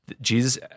Jesus